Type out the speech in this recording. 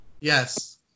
Yes